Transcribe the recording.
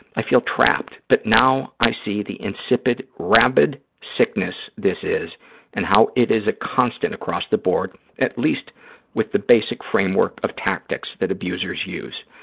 i feel trapped. but now i see the insipid, rabid sickness this is and how it is a constant across the board, at least with the basic framework of tactics that abusers use.